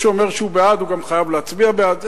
שאומר שהוא בעד חייב גם חייב להצביע בעד,